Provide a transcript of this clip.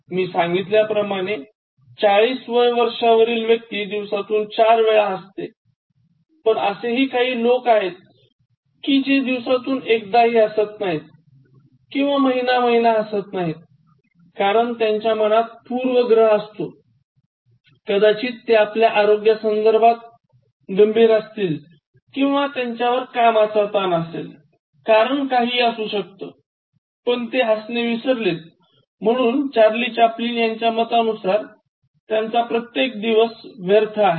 मी सांगितल्याप्रमाणे ४० वय वर्षावरील व्यक्ती दिवसातून ४ वेळा हासतो पण असे हि काही लोक आहेत कि जे दिवसातून एकदाही हासत नाहीत किंवा महिना महिना हासत नाहीत कारण त्यांच्या मनात पूर्वग्रह असतो कदाचित ते आपल्या आरोग्याबाबतीत गंभीर असतील किंवा कामाचा ताण असेल काहीही कारण असू शकते पण ते हसणे विसरलेत म्हणून चार्ली चॅप्लिन यांच्या मतानुसार त्यांचा प्रत्येक दिवस व्यर्थ आहे